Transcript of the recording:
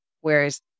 whereas